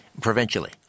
Provincially